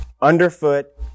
underfoot